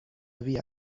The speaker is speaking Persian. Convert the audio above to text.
روی